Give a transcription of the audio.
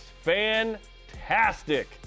Fantastic